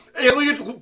Aliens